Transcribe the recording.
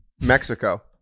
Mexico